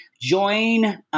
join